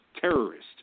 terrorist